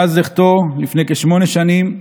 מאז לכתו לפני כשמונה שנים,